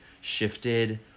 shifted